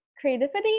creativity